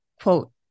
quote